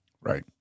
Right